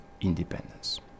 independence